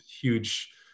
huge